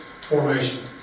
Formation